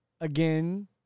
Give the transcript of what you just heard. again